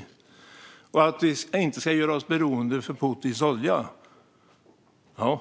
När det gäller att vi inte ska göra oss beroende av Putins olja säger jag: